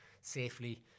safely